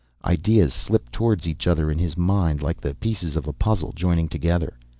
ideas slipped towards each other in his mind, like the pieces of a puzzle joining together.